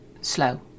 slow